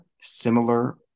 similar